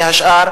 והשאר,